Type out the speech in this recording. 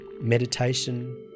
meditation